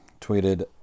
tweeted